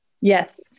Yes